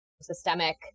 systemic